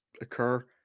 occur